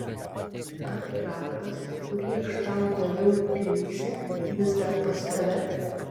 ar raktas kurį aš tau daviau fynikse vis dar pas tave